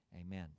Amen